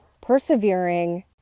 persevering